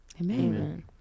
Amen